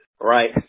right